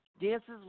Dances